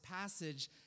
passage